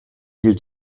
hielt